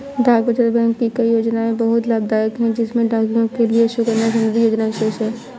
डाक बचत बैंक की कई योजनायें बहुत लाभदायक है जिसमें लड़कियों के लिए सुकन्या समृद्धि योजना विशेष है